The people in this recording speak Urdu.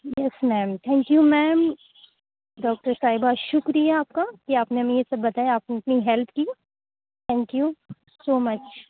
yes ma'am thank you ma'am doctor صاحبہ شُکریہ آپ کا کہ آپ نے ہمیں یہ سب بتایا آپ نے اتنی ہیلپ کی تھینک یو سو مچ